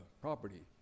property